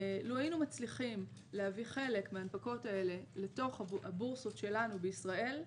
לו היינו מצליחים להביא חלק מההנפקות האלה לתוך הבורסות שלנו בישראל,